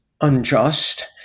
unjust